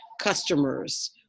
customers